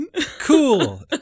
cool